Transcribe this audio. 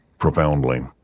profoundly